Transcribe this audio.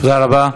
תודה רבה.